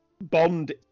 Bond